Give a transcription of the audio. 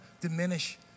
diminish